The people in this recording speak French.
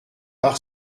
par